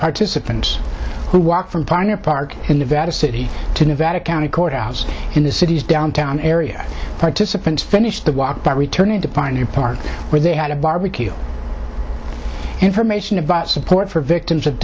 participants who walked from pioneer park in nevada city to nevada county courthouse in the city's downtown area participants finished the walk by returning to pioneer park where they had a barbecue information about support for victims of